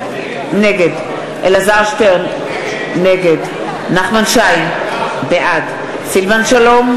נגד אלעזר שטרן, נגד נחמן שי, בעד סילבן שלום,